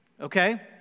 Okay